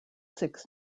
six